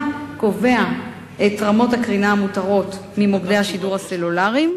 קובע את רמות הקרינה המותרות ממוקדי השידור הסלולריים,